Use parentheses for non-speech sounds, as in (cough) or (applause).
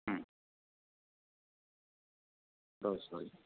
দশ (unintelligible)